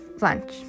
lunch